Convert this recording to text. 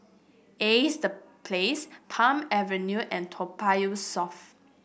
Ace The Place Palm Avenue and Toa Payoh South